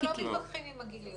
אנחנו לא מתווכחים עם הגיליוטינה.